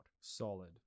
Solid